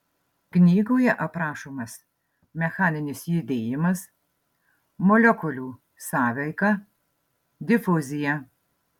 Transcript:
knygoje aprašomas mechaninis judėjimas molekulių sąveika difuzija